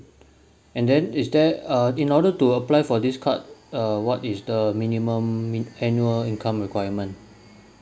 and then is there uh in order to apply for this card uh what is the minimum annual income requirement